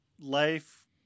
Life-